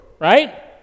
right